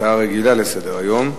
הצעה רגילה לסדר-היום.